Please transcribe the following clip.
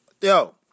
Yo